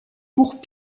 cours